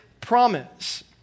promise